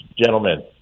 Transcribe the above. gentlemen